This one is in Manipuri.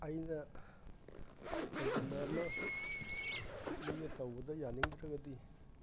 ꯑꯩꯅ ꯀꯩꯒꯨꯝꯕ ꯑꯃ ꯃꯤꯅ ꯇꯧꯕꯗ ꯌꯥꯅꯤꯡꯗ꯭ꯔꯒꯗꯤ